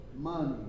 money